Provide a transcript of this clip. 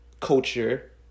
culture